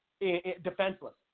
defenseless